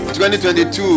2022